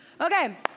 Okay